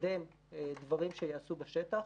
מקדם דברים שייעשו בשטח.